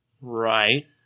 Right